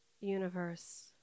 universe